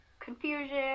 confusion